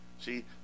See